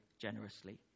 generously